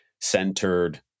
centered